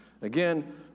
Again